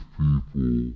people